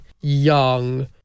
young